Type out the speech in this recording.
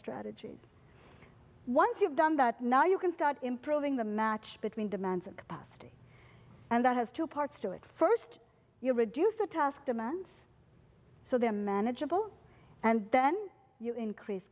strategies once you've done that now you can start improving the match between demands and capacity and that has two parts to it first you reduce the task demands so they're manageable and then you increase